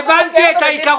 מי הכתובת?